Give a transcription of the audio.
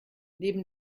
neben